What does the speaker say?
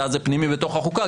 שאז זה פנימי בתוך החוקה,